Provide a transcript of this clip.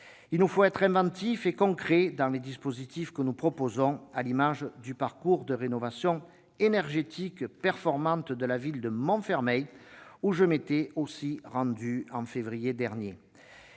Il nous faut être à la fois inventifs et concrets dans les dispositifs que nous proposons, à l'image du parcours de rénovation énergétique performante de la ville de Montfermeil où je me suis rendu, moi aussi, en février dernier.